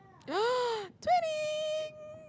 twinning